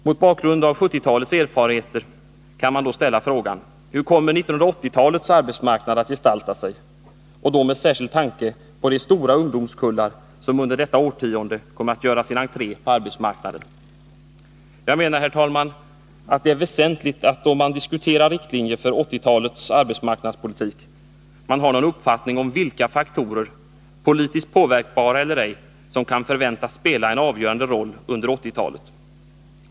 Mot bakgrunden av 1970-talets erfarenheter kan man då ställa frågan: Hur kommer 1980-talets arbetsmarknad att gestalta sig, särskilt med tanke på de stora ungdomskullar som under detta årtionde kommer att göra sin entré på arbetsmarknaden? Jag menar, herr talman, att det är väsentligt att man, då man diskuterar riktlinjer för 1980-talets arbetsmarknadspolitik, har någon uppfattning om vilka faktorer — politiskt påverkbara eller ej — som kan förväntas spela en avgörande roll under 1980-talet.